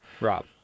Rob